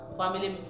family